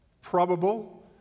probable